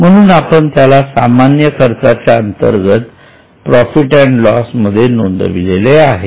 म्हणून आपण त्याला सामान्य खर्चाच्या अंतर्गत प्रॉफिट अँड लॉस मध्ये नोंदविले आहे